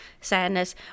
sadness